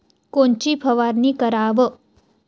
कोनची फवारणी कराव?